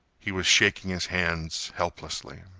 he was shaking his hands helplessly.